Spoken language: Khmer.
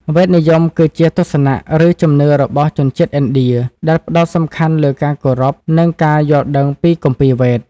វេទនិយម គឺជាទស្សនៈ ឬជំនឿរបស់ជនជាតិឥណ្ឌា ដែលផ្ដោតសំខាន់លើការគោរព និងការយល់ដឹងពីគម្ពីរ វេទ។